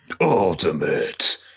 ultimate